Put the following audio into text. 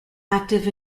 active